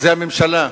זה הממשלה,